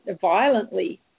violently